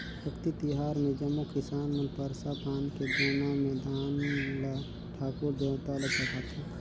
अक्ती तिहार मे जम्मो किसान मन परसा पान के दोना मे धान ल ठाकुर देवता ल चढ़ाथें